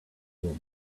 will